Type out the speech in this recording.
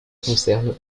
concerne